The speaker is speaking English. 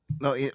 No